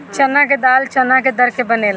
चना के दाल चना के दर के बनेला